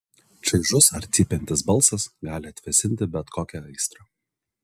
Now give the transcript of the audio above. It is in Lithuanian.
šaižus ar cypiantis balsas gali atvėsinti bet kokią aistrą